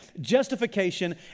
justification